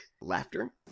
laughter